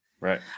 Right